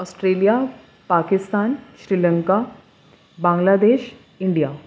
Australia Pakistan Sri Lanka Bangladesh India